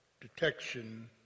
detection